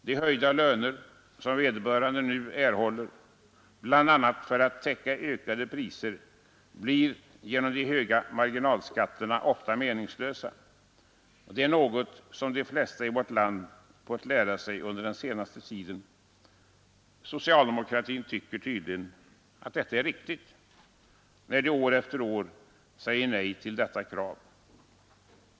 De höjda löner som vederbörande nu erhåller, bl.a. för att täcka ökade priser, blir genom de höga marginalskatterna ofta meningslösa. Det är något som de flesta i vårt land fått lära sig under den senaste tiden. Socialdemokraterna tycker tydligen att detta är riktigt, när de år efter år säger nej till vårt krav.